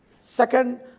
second